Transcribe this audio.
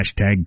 hashtag